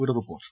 ഒരു റിപ്പോർട്ട്